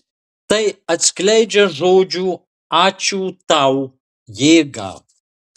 tai atskleidžia žodžių ačiū tau jėgą